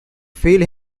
feel